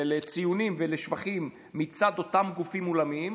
לציונים ולשבחים מצד אותם גופים עולמיים.